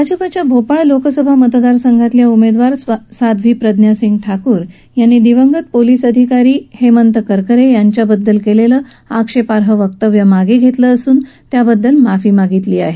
भाजपच्या भोपाळ लोकसभा मतदार संघाच्या उमेदवार साध्वी प्रज्ञासिंह ठाकूर यांनी शहीद पोलिस अधिकारी हेमंत करकरे यांच्याबद्दल केलेलं आक्षेपार्ह वक्तव्य मागे घेतलं असून याबद्दल माफीही मागितली आहे